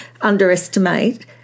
underestimate